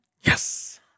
Yes